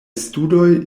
studoj